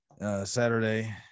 Saturday